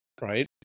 right